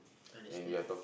understand